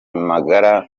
magara